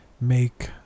make